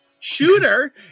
Shooter